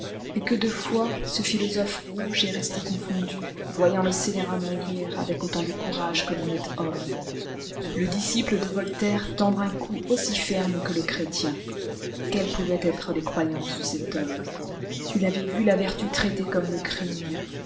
et que de fois ce philosophe rouge est resté confondu voyant le scélérat mourir avec autant de courage que l'honnête homme le disciple de voltaire tendre un cou aussi ferme que le chrétien quelles pouvaient être les croyances de cet homme il avait vu la vertu traitée comme le crime